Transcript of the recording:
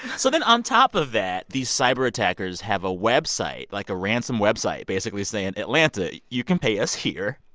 so then on top of that, these cyberattackers have a website like, a ransom website basically saying, atlanta, you can pay us here.